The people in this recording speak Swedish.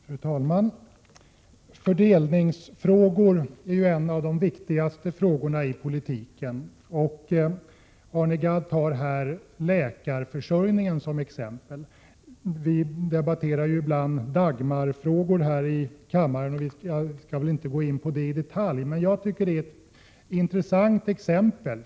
Fru talman! Fördelningsfrågorna hör till de viktigaste frågorna i politiken, och Arne Gadd tar här läkarförsörjningen som exempel. Vi debatterar ibland Dagmarfrågor här i kammaren. Jag skall inte gå in på det i detalj, men jag tycker att det är ett intressant exempel.